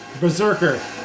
berserker